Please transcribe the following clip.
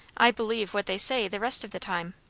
i believe what they say the rest of the time.